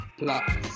plus